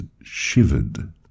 shivered